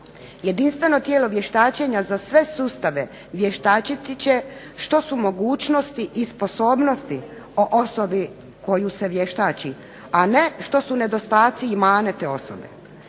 Jedinstveno tijelo vještačenja za sve sustave, vještačiti će što su mogućnosti i sposobnosti o osobi koju se vještači a ne što su nedostatci i mane te osobe.